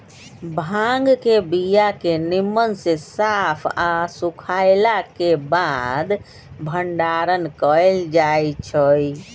भांग के बीया के निम्मन से साफ आऽ सुखएला के बाद भंडारण कएल जाइ छइ